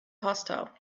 hostile